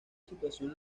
situación